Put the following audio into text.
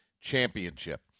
championship